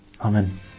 Amen